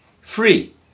Free